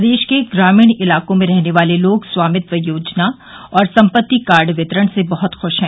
प्रदेश के ग्रामीण इलाकों में रहने वाले लोग स्वामित्व योजना और सम्पत्ति कार्ड वितरण से बहत खुश हैं